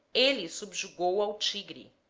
elle subjugou ao tigre,